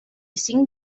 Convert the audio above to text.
cinc